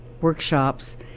workshops